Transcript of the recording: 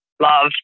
love